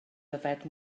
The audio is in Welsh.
yfed